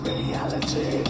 Reality